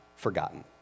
Forgotten